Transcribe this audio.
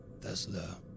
Tesla